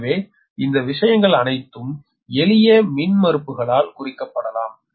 எனவே இந்த விஷயங்கள் அனைத்தும் எளிய மின்மறுப்புகளால் குறிக்கப்படலாம்